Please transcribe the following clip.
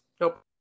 Nope